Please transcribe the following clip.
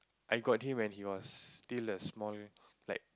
I got him when he was still a small like